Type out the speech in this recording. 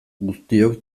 guztiok